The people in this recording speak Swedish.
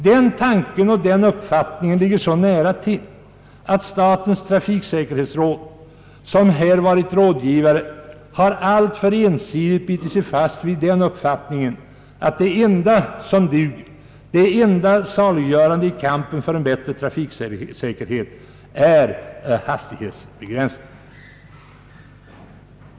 Den tanken och den uppfattningen ligger så nära till, att statens trafiksäkerhetsråd, som här varit rådgivare, alltför ensidigt har bitit sig fast vid den uppfattningen, att det enda som duger, det enda saliggörande i kampen för en bättre trafiksäkerhet är hastighetsbegränsning.